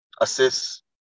assist